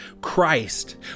Christ